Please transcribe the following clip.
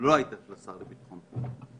לא הייתה של השר לביטחון פנים.